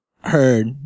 heard